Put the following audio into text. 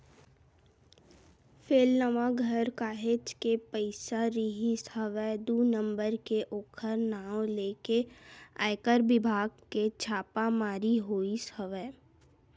फेलनवा घर काहेच के पइसा रिहिस हवय दू नंबर के ओखर नांव लेके आयकर बिभाग के छापामारी होइस हवय